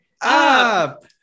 Up